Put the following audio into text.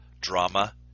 drama